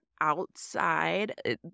outside